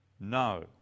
No